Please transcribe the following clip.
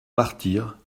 martyre